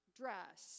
dress